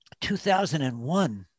2001